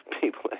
people